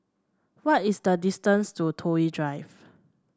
what is the distance to Toh Yi Drive